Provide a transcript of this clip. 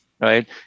right